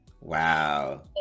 wow